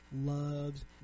loves